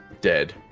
dead